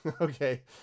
Okay